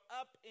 up